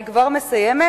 אני כבר מסיימת.